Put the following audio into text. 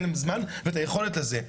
אין להם זמן ואת היכולת הזאת.